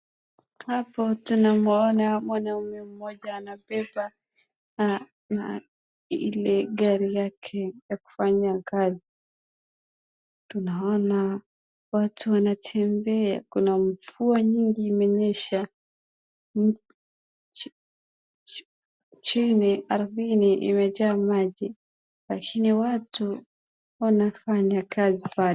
Hapo tunaona mwanaume mmoja anabeba ile gari yake ya kufanya kazi. Tunaona watu wanatembea kuna mvua nyingi imenyesha chini ardhini imejaa lakini watu wanafanya kazi bado.